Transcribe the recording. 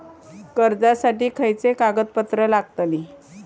कर्जासाठी खयचे खयचे कागदपत्रा लागतली?